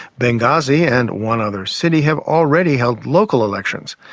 benghazi and one other city have already held local elections.